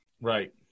Right